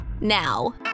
now